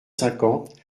cinquante